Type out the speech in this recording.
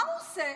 מה הוא עושה?